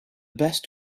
best